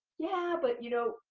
yeah, but, you know,